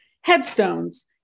headstones